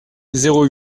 zéro